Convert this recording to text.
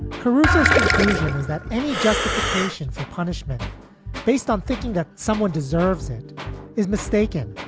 caruso's conclusion is that any justification for punishment based on thinking that someone deserves it is mistaken.